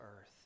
earth